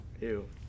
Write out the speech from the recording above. Ew